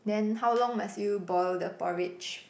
then how long must you boil the porridge